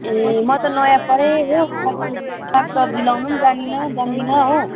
ए म त नयाँ परेँ हो साग सब्जी साग सब्जी लाउनु पनि जानिनँ जान्दिनँ हो